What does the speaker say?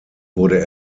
wurde